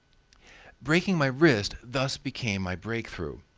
breaking my wrist thus became my breakthrough.